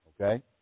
okay